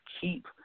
keep